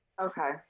Okay